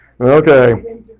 okay